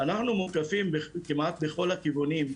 אנחנו מוקפים כמעט בכל הכיוונים,